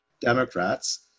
Democrats